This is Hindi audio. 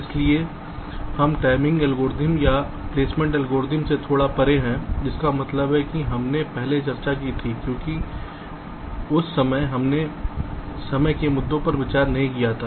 इसलिए यह टाइमिंग एल्गोरिदम या प्लेसमेंट एल्गोरिदम से थोड़ा परे है जिसका मतलब है कि हमने पहले चर्चा की थी क्योंकि उस समय हमने समय के मुद्दों पर विचार नहीं किया था